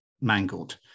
mangled